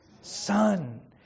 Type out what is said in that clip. son